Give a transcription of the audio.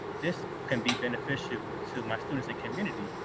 this can be beneficial to my students and community.